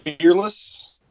Fearless